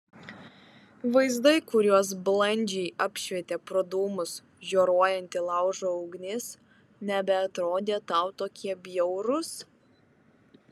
vaizdai kuriuos blandžiai apšvietė pro dūmus žioruojanti laužo ugnis nebeatrodė tau tokie bjaurūs